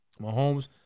Mahomes